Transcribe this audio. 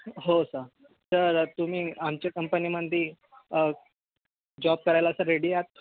हो का तर तुम्ही आमच्या कंपनीमध्ये जॉब करायला सर रेडी आहात